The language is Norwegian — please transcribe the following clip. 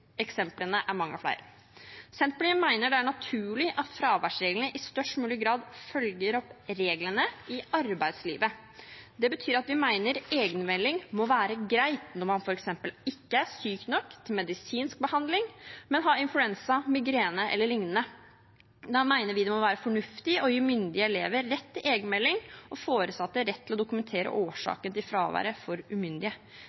Eksemplene er mange flere. Senterpartiet mener det er naturlig at fraværsreglene i størst mulig grad følger reglene i arbeidslivet. Det betyr at vi mener egenmelding må være greit når man f.eks. ikke er syk nok til medisinsk behandling, men har influensa, migrene eller lignende. Da mener vi det må være fornuftig å gi myndige elever rett til egenmelding og foresatte rett til å dokumentere